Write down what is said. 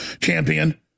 champion